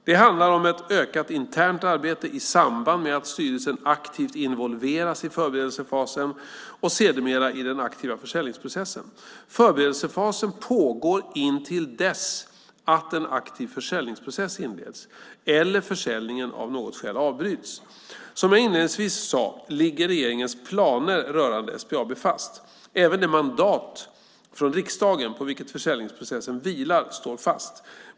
Det handlar om ett ökat internt arbete i samband med att styrelsen aktivt involveras i förberedelsefasen och sedermera i den aktiva försäljningsprocessen. Förberedelsefasen pågår intill dess att en aktiv försäljningsprocess inleds eller försäljningen av något skäl avbryts. Som jag inledningsvis sade ligger regeringens planer rörande SBAB fast. Även det mandat från riksdagen på vilket försäljningsprocessen vilar står fast.